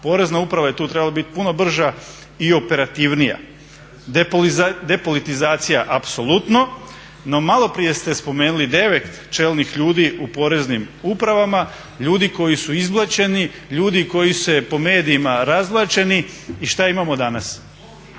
Porezna uprava je tu trebala biti puno brža i operativnija. Depolitizacija apsolutno, no malo prije ste spomenuli 9 čelnih ljudi u poreznim upravama, ljudi koji su izblaćeni, ljudi koji su po medijima razvlačeni i šta imamo danas.